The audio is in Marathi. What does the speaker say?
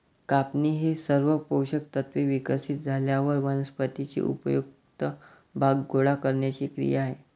कापणी ही सर्व पोषक तत्त्वे विकसित झाल्यावर वनस्पतीचे उपयुक्त भाग गोळा करण्याची क्रिया आहे